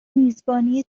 میزبانی